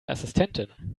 assistentin